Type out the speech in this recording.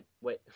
wait